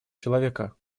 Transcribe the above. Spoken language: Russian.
человека